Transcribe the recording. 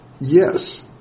Yes